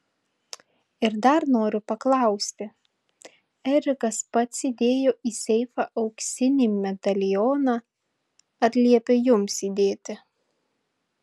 ir dar noriu paklausti erikas pats įdėjo į seifą auksinį medalioną ar liepė jums įdėti